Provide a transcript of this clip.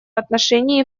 отношении